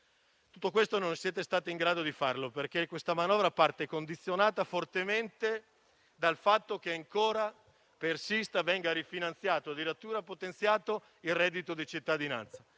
la scadenza. Non siete stati in grado di fare tutto questo, perché la manovra parte condizionata fortemente dal fatto che ancora persiste, viene rifinanziato e addirittura potenziato il reddito di cittadinanza.